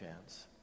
chance